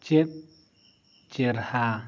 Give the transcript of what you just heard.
ᱪᱮᱫ ᱪᱮᱨᱦᱟ